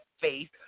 faith